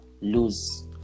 lose